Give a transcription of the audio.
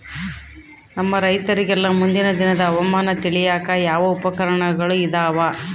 ನಮ್ಮ ರೈತರಿಗೆಲ್ಲಾ ಮುಂದಿನ ದಿನದ ಹವಾಮಾನ ತಿಳಿಯಾಕ ಯಾವ ಉಪಕರಣಗಳು ಇದಾವ?